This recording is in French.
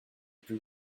plus